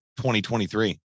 2023